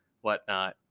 whatnot